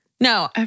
No